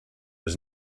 was